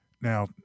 Now